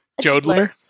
Jodler